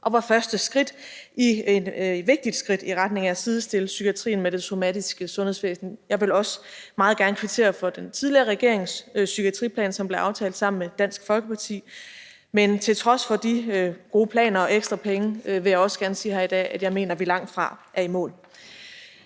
og var et vigtigt skridt i retning af at sidestille psykiatrien med det somatiske sundhedsvæsen. Jeg vil også meget gerne kvittere for den tidligere regerings psykiatriplan, som blev aftalt sammen med Dansk Folkeparti, men jeg vil også gerne sige her i dag, at jeg mener, vi til trods